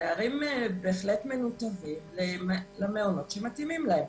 הנערים בהחלט מנותבים למעונות שמתאימים להם.